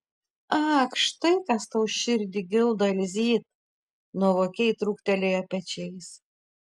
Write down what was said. ak štai kas tau širdį gildo elzyt nuovokiai trūktelėjo pečiais